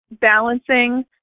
balancing